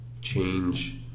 change